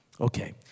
Okay